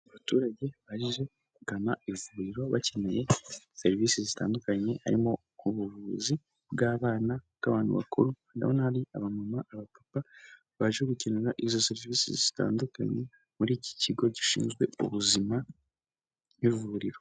Abaturage baje kugana ivuriro bakeneye serivisi zitandukanye harimo ubuvuzi bw'abana, ubwa abantu bakuru, ndabona ari aba mama, aba papa baje gukenera izo serivisi zitandukanye muri iki kigo gishinzwe ubuzima n'ivuriro.